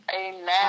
Amen